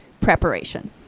preparation